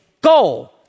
Go